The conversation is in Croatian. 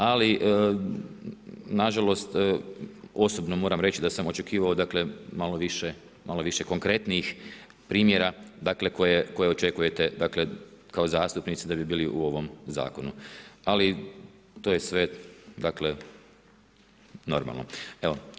Ali nažalost osobno moram reći da sam očekivao malo više konkretnijih primjera koje očekujete kao zastupnici da bi bili u ovom zakonu, ali to je sve dakle normalno.